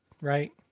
right